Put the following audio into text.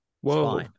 whoa